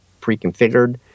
pre-configured